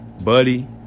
Buddy